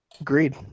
Agreed